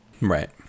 Right